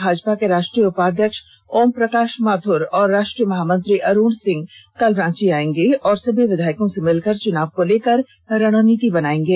भाजपा के राष्ट्रीय उपाध्यक्ष ओम प्रकाष माथुर और राष्ट्रीय महामंत्री अरूण सिंह कल रांची आयेंगे और सभी विधायकों से मिलकर चुनाव को लेकर रणनीति बनायेंगे